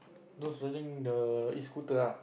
those riding the e-scooter ah